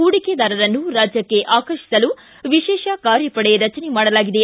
ಪೂಡಿಕೆದಾರರನ್ನು ರಾಜ್ಯಕ್ಷೆ ಆಕರ್ಷಿಸಲು ವಿಶೇಷ ಕಾರ್ಯಪಡೆ ರಚನೆ ಮಾಡಲಾಗಿದೆ